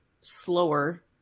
slower